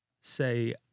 say